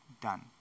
done